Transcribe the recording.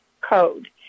code